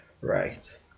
right